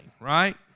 right